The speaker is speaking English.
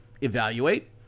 evaluate